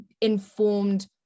informed